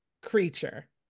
Creature